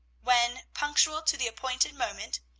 when, punctual to the appointed moment,